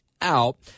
out